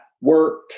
work